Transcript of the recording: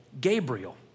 Gabriel